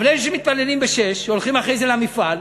אבל אלה שמתפללים ב-06:00, הולכים אחרי זה למפעל,